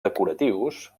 decoratius